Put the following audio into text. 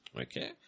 Okay